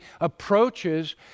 approaches